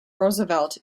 roosevelt